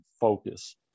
focus